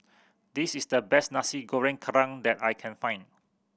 this is the best Nasi Goreng Kerang that I can find